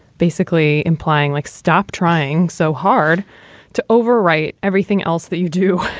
basically implying like, stop trying so hard to overwrite everything else that you do.